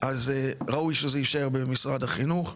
אז ראוי שזה יישאר במשרד החינוך.